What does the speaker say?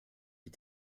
die